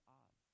odd